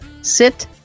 Sit